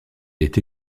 est